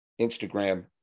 Instagram